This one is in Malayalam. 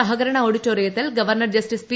സഹകരണ ആഡിറ്റോറിയത്തിൽ ഗവർണർ ജസ്റ്റിസ് പി